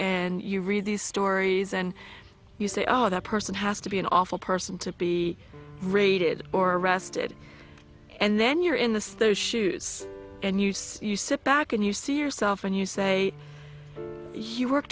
and you read these stories and you say oh that person has to be an awful person to be raided or arrested and then you're in the shoes and you sit back and you see yourself and you say you work